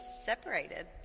separated